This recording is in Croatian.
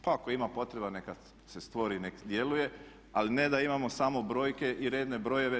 Pa ako ima potreba neka se stvori i nek djeluje ali ne da imamo samo brojke i redne brojeve.